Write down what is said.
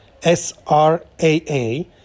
SRAA